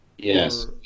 Yes